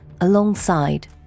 alongside